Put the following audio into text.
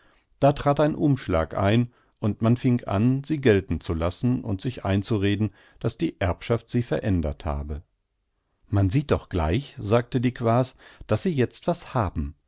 da trat ein umschlag ein und man fing an sie gelten zu lassen und sich einzureden daß die erbschaft sie verändert habe man sieht doch gleich sagte die quaas daß sie jetzt was haben